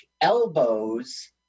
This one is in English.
elbows